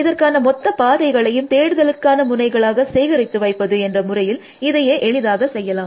இதற்கான மொத்த பாதைகளையும் தேடுதலுக்கான முனைகளாக சேகரித்து வைப்பது என்ற முறையில் இதையே எளிதாக செய்யலாம்